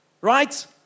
right